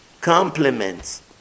compliments